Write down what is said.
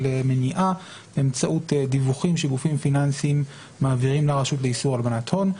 מניעה באמצעות דיווחים שגופים פיננסיים מעבירים לרשות לאיסור הלבנת הון.